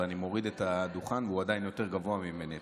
ואני מוריד את הדוכן והוא עדיין יותר גבוה ממני.